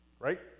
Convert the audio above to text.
Right